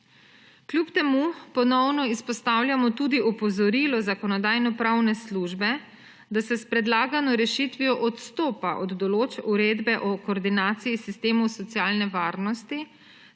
Kljub temu ponovno izpostavljamo tudi opozorilo Zakonodajno-pravne službe, da se s predlagano rešitvijo odstopa od določb Uredbe o koordinaciji sistemov socialne varnosti,